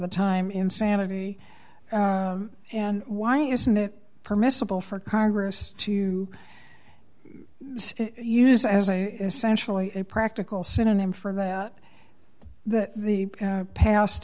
the time insanity and why isn't it permissible for congress to use as a essential in a practical synonym for that that the past